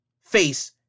face